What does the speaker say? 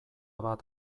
bat